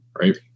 Right